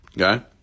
Okay